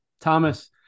Thomas